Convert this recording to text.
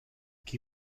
qui